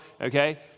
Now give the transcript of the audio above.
okay